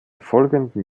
folgenden